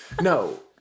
No